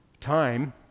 Time